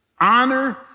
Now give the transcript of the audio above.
honor